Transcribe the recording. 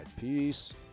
Peace